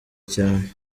cyane